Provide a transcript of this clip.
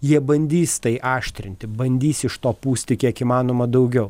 jie bandys tai aštrinti bandys iš to pūsti kiek įmanoma daugiau